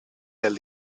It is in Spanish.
del